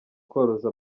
koroza